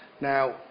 Now